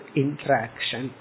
interaction